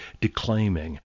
declaiming